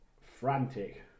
frantic